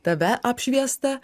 tave apšviestą